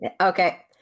Okay